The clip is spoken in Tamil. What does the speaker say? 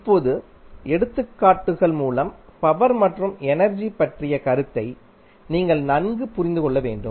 இப்போது எடுத்துக்காட்டுகள் மூலம் பவர் மற்றும் எனர்ஜி பற்றிய கருத்தை நீங்கள் நன்கு புரிந்து கொள்ள முடியும்